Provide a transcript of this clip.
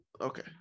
Okay